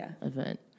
event